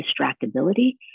distractibility